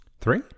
Three